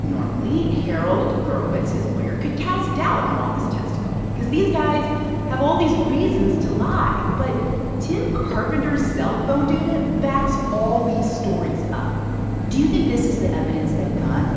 normally, harold gurewitz, his lawyer, could cast doubt on all this testimony because these guys have all these reasons to lie. but tim carpenter's cellphone data backs all these stories up do you think this is the evidence that got